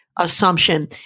assumption